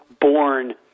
born –